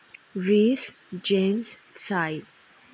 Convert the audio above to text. rich James side